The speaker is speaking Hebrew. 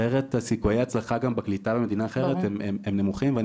אחרת סיכויי ההצלחה גם בקליטה במדינה אחרת הם נמוכים ואני